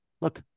look